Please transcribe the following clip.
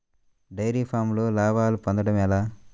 Dairy ఫామ్లో లాభాలు పొందడం ఎలా?